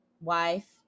wife